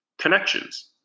connections